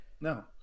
No